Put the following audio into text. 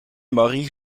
marie